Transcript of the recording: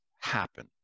happen